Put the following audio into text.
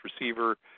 receiver